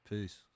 Peace